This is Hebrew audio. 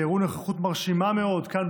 שהראו נוכחות מרשימה מאוד כאן,